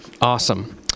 Awesome